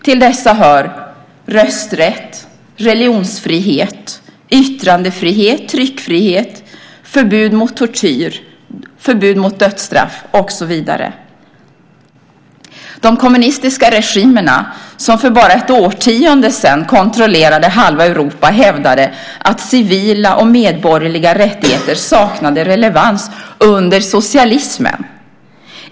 Till dessa hör rösträtt, religionsfrihet, yttrandefrihet, tryckfrihet, förbud mot tortyr, förbud mot dödsstraff och så vidare. De kommunistiska regimerna som för bara ett årtionde sedan kontrollerade halva Europa hävdade att civila och medborgerliga rättigheter saknade relevans under socialismen.